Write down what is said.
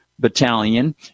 battalion